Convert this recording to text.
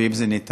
ואם זה ניתן,